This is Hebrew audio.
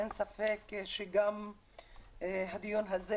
אין ספק שגם הדיון הזה,